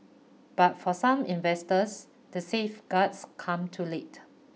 but for some investors the safeguards come too late